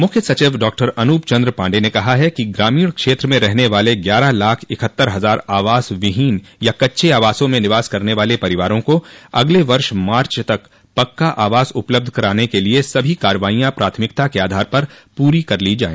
मुख्य सचिव डॉक्टर अनूप चन्द्र पाण्डेय ने कहा कि ग्रामीण क्षेत्र में रहने वाले ग्यारह लाख इकहत्तर हजार आवास विहीन या कच्चे आवासों में निवास करने वाले परिवारों को अगले वर्ष मार्च तक पक्का आवास उपलब्ध कराने के लिए सभी कार्रवाईयां प्राथमिकता के आधार पर पूरी कर ली जाय